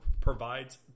provides